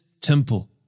temple